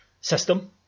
system